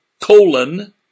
colon